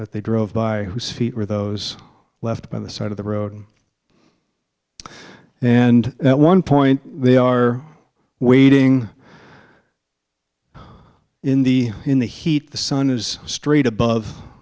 that they drove by whose feet were those left by the side of the road and at one point they are waiting in the in the heat the sun is straight above